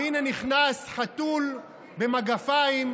והינה נכנס חתול במגפיים,